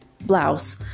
blouse